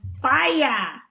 fire